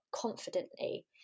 confidently